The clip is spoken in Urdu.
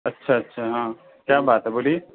اچھا اچھا ہاں کیا بات ہے بولیے